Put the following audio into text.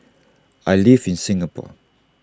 I live in Singapore